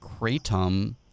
Kratom